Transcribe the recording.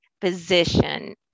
physician